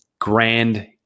grand